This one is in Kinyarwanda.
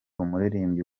umuririmbyi